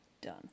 Done